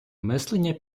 мислення